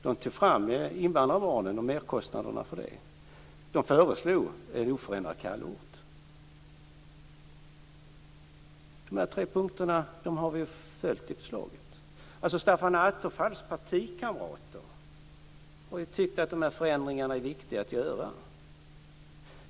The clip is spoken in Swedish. Man tog fram merkostnaderna för invandrarbarnen. Man föreslog oförändrad kallort. Dessa tre punkter har vi följt i förslaget. Stefan Attefalls partikamrater har ju tyckt att dessa förändringar varit viktiga att göra.